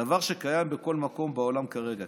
זה דבר שקיים בכל מקום בעולם כרגע,